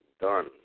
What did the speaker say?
done